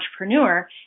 entrepreneur